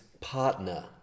partner